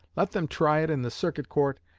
let them try it in the circuit court,